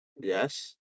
Yes